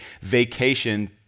vacation